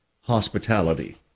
Hospitality